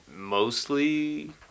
mostly